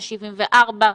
74,